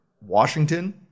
Washington